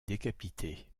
décapité